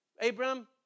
Abraham